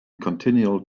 continual